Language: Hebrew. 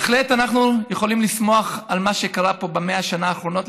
בהחלט אנחנו יכולים לשמוח על מה שקרה פה ב-100 השנה האחרונות.